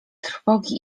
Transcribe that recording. trwogi